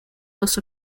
dos